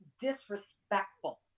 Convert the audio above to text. disrespectful